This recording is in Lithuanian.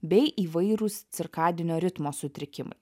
bei įvairūs cirkadinio ritmo sutrikimai